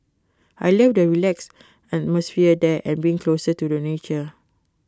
I love the relaxed atmosphere there and being closer to the nature